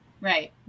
Right